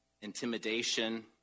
intimidation